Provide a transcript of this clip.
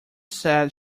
said